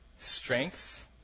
strength